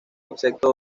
excepto